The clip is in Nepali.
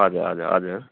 हजुर हजुर हजुर